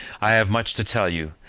i have much to tell you,